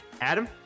Adam